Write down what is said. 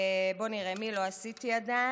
בוא נראה, מי לא עשיתי עדיין?